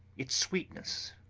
its sweetness.